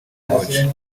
watch